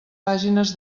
pàgines